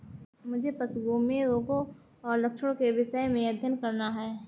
मुझे पशुओं में रोगों और लक्षणों के विषय का अध्ययन करना है